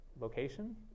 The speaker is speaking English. location